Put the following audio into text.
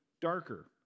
darker